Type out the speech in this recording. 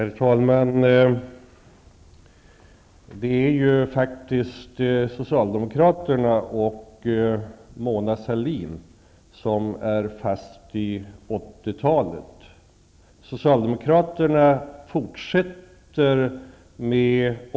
Herr talman! Det är faktiskt socialdemokraterna och Mona Sahlin som är fast i 1980-talet.